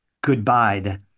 goodbye